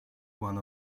one